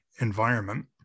environment